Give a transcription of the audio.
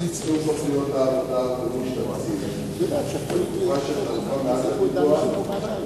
יישום תוכניות העבודה ומימוש תקציב בתקופה שחלפה מאז הדיווח,